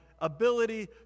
ability